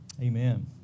Amen